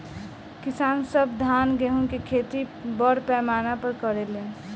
किसान सब धान गेहूं के खेती बड़ पैमाना पर करे लेन